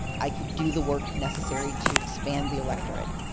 i could do the work necessary to expand the electorate.